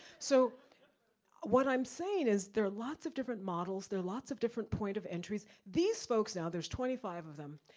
so what i'm saying is, there are lots of different models, there are lots of different point of entries. these folks now, there's twenty five of them,